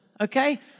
Okay